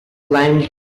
climb